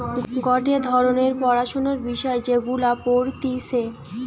গটে ধরণের পড়াশোনার বিষয় যেগুলা পড়তিছে